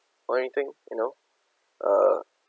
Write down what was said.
or anything you know uh